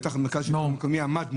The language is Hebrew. מרכז השלטון המקומי עמד מולם,